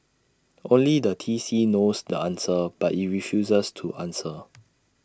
only the T C knows the answer but IT refuses to answer